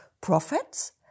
prophets